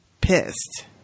pissed